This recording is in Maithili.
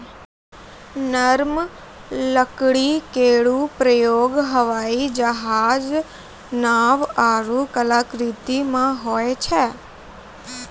नरम लकड़ी केरो प्रयोग हवाई जहाज, नाव आरु कलाकृति म होय छै